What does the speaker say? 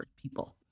people